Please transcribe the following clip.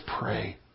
pray